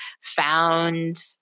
found